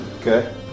Okay